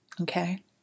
Okay